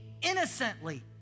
innocently